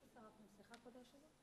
שלוש דקות לרשותך, בבקשה.